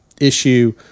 issue